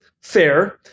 Fair